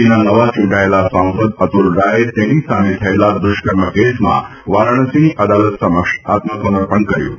પીના નવા ચૂંટાયેલા સાંસદ અતુલ રાયે તેની સામે થયેલા દુષ્કર્મ કેસમાં વારાણસીની અદાલત સમક્ષ આત્મસર્પણ કર્યું છે